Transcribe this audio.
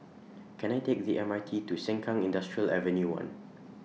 Can I Take The M R T to Sengkang Industrial Avenue one